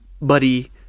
buddy